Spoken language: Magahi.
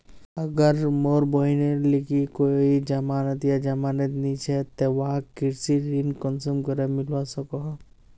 अगर मोर बहिनेर लिकी कोई जमानत या जमानत नि छे ते वाहक कृषि ऋण कुंसम करे मिलवा सको हो?